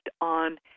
on